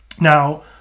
Now